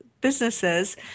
businesses